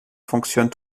fonctionne